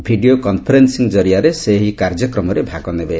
video conferencing ଜରିଆରେ ସେ ଏହି କାର୍ଯ୍ୟକ୍ରମରେ ଭାଗ ନେବେ